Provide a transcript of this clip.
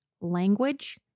language